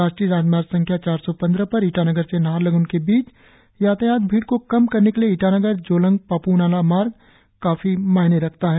राष्ट्रीय राजमार्ग संख्या चार सौ पंद्रह पर ईटानगर से नाहरलगुन के बीच यातायात भीड़ को कम करने के लिए ईटानगर जोलांग पाप्नालाह मार्ग काफी मायने रखता है